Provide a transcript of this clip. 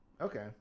okay